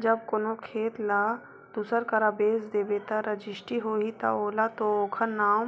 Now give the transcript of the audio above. जब कोनो खेत ल दूसर करा बेच देबे ता जब रजिस्टी होही ता ओला तो ओखर नांव